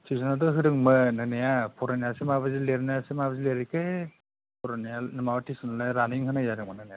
थिउसनाथ' होदोंमोन होनाया फरायनायासो माबादि लिरनायासो माबादि लिरहैखो फरायनाया माबा थिउसनानो रानिं होनाय जादोंमोन होनायालाय